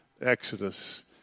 Exodus